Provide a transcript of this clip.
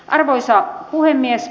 arvoisa puhemies